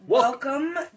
Welcome